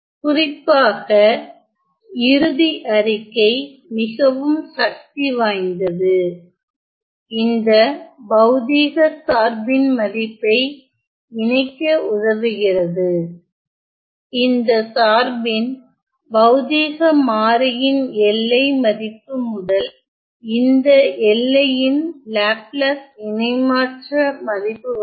குறிப்பாக இறுதி அறிக்கை மிகவும் சக்தி வாய்ந்தது இந்த பௌதீக சார்பின் மதிப்பை இணைக்க உதவுகிறது இந்த சார்பின் பௌதீக மாறியின் எல்லை மதிப்பு முதல் இந்த எல்லையின் லாப்லாஸ் இணைமாற்ற மதிப்பு வரை